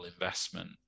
investment